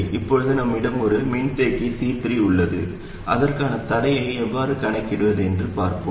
இப்போது நம்மிடம் இந்த மின்தேக்கி C3 உள்ளது அதற்கான தடையை எவ்வாறு கணக்கிடுவது என்று பார்ப்போம்